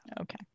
Okay